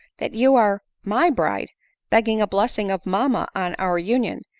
that you are my bride begging a blessing of mamma on our union,